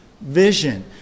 vision